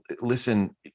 listen